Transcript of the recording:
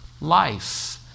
life